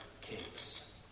kids